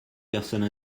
personne